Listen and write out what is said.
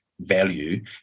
Value